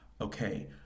okay